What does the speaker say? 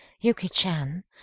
Yuki-chan